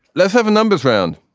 let's have a numbers round.